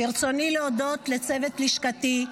ברצוני להודות לצוות לשכתי,